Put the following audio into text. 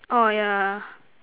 orh yeah